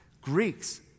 Greeks